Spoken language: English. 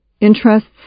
interests